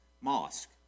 Mosque